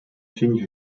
tschinch